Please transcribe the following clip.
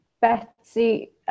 Betsy